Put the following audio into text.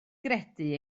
gredu